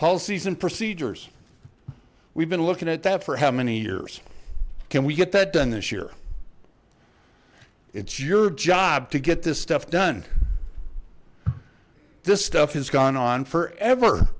policies and procedures we've been looking at that for how many years can we get that done this year it's your job to get this stuff done this stuff has gone on for ever